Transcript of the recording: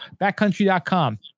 backcountry.com